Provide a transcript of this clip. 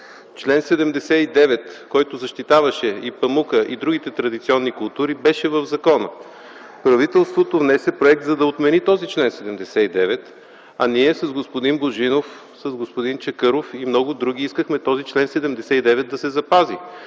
чл. 79, който защитаваше и памука и другите традиционни култури, беше в закона. Правителството внесе проект, за да отмени този чл. 79, а ние с господин Божинов, с господин Чакъров и много други искахме този чл. 79 да се запази